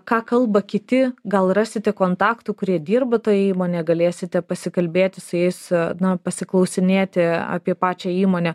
ką kalba kiti gal rasite kontaktų kurie dirba toje įmonėje galėsite pasikalbėti su jais na pasiklausinėti apie pačią įmonę